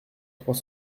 trois